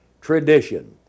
tradition